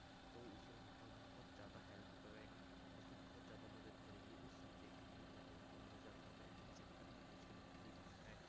तो उसे वह बहुत ज़्यादा हेल्प करेगा उसकी बहुत ज़्यादा मदद करेगी उस सब्जेक्ट में अगर वह कॉमर्स जाता है बैंकिंग सेक्टर में उसके नौकरी करना है